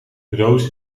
roos